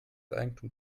eigentum